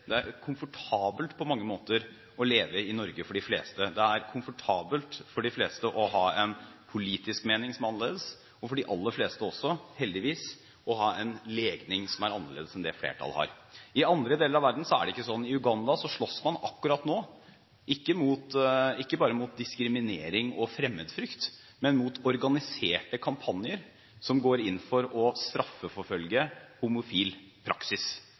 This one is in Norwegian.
Det er på mange måter komfortabelt for de fleste å leve i Norge. Det er komfortabelt for de fleste å ha en politisk mening som er annerledes, og for de aller fleste også – heldigvis – å ha en legning som er annerledes enn det flertallet har. I andre deler av verden er det ikke slik. I Uganda slåss man akkurat nå, ikke bare mot diskriminering og fremmedfrykt, men også mot organiserte kampanjer som går inn for å straffeforfølge fremming av homofil praksis,